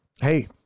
hey